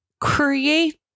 create